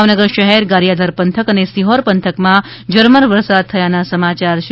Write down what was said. ભાવનગર શહેર ગારીયાધાર પંથક અને સિહોર પંથકમાં ઝરમર વરસાદ થયાનાં સમાચાર છે